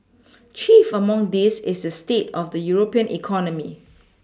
chief among these is the state of the European economy